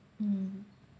mmhmm